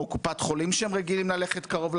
או קופת חולים שהם רגילים ללכת קרוב לבית.